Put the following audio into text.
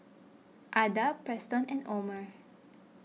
Ada Preston and Omer